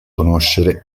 conoscere